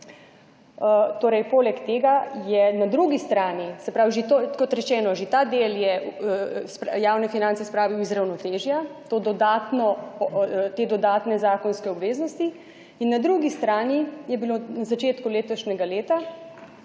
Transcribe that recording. Torej, poleg tega je na drugi strani, se pravi, že to, kot rečeno, že ta del je javne finance spravil iz ravnotežja te dodatne zakonske obveznosti in na drugi strani je bilo na začetku letošnjega leta